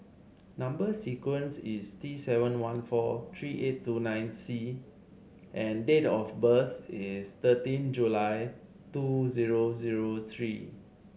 number sequence is T seven one four three eight two nine C and date of birth is thirteen July two zero zero three